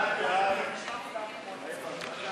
ההסתייגות (81) של קבוצת סיעת הרשימה